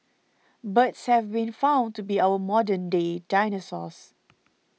birds have been found to be our modern day dinosaurs